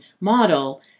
model